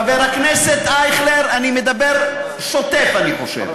חבר הכנסת אייכלר, אני מדבר שוטף, אני חושב,